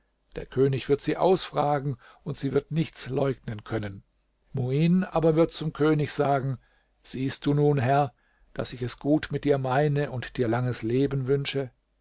der könig wird sie ausfragen und sie wird nichts leugnen können muin aber wird zum könig sagen siehst du nun herr daß ich es gut mit dir meine und dir langes leben wünsche